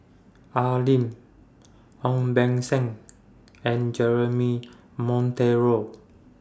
Al Lim Ong Beng Seng and Jeremy Monteiro